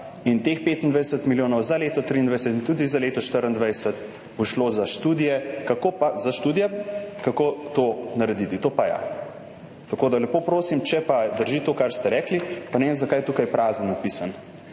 in teh 25 milijonov za leto 2023 in tudi za leto 2024 bo šlo za študije, kako to narediti, to pa ja. Tako da lepo prosim. Če pa drži to, kar ste rekli, pa ne vem, zakaj je tukaj prazno.